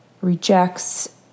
rejects